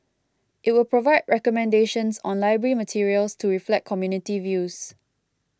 it will provide recommendations on library materials to reflect community views